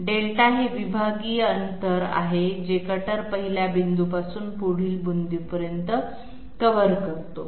δ हे विभागीय अंतर आहे जे कटर पहिल्या बिंदूपासून पुढील बिंदूपर्यंत कव्हर करतो